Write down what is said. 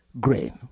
grain